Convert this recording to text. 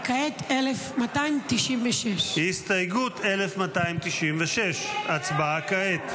וכעת 1296. הסתייגות 1296 הצבעה כעת.